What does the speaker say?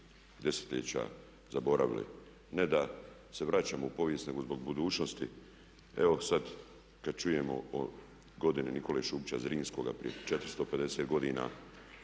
desetljeća zaboravili. Ne da se vraćamo u povijest nego zbog budućnosti, evo sad kad čujemo o godini Nikole Šubića Zrinskog prije 450 godina